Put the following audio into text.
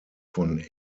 von